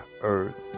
earth